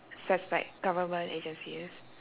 like government agencies